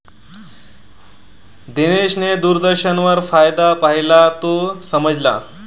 दिनेशने दूरदर्शनवर फायदा पाहिला, तो समजला